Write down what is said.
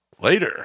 later